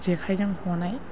जेखाइजों हनाय